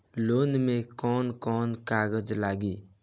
Loan में कौन कौन कागज लागी?